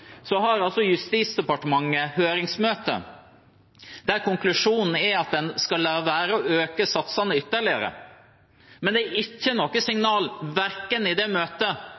så? Jo, samtidig med at vi har debatt her i salen i dag, har Justisdepartementet høringsmøte der konklusjonen er at en skal la være å øke satsene ytterligere, men det er ikke noe signal om verken i